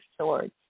swords